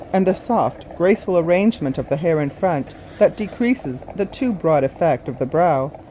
and the soft, graceful arrangement of the hair in front that decreases the too broad effect of the brow,